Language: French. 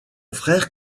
frère